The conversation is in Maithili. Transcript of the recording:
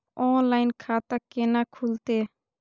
ऑनलाइन खाता केना खुलते?